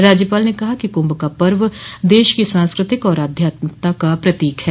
राज्यपाल ने कहा कि कुंभ का पर्व देश की सांस्कृतिक और आध्यात्मिकता का प्रतीक है